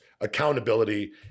accountability